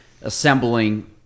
assembling